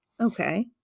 Okay